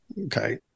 Okay